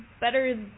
better